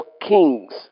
kings